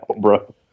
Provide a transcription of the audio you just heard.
bro